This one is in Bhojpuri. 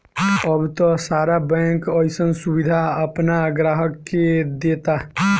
अब त सारा बैंक अइसन सुबिधा आपना ग्राहक के देता